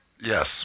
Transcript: Yes